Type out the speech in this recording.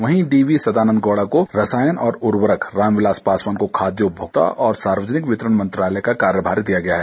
वहीं D V Sadananda Gowda को रसायन और उवर्रक राम विलास पासवान को खाद्य उपभोक्ता और सार्वजनिक वितरण मंत्रालय का कार्यभार दिया गया है